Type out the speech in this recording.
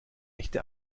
echte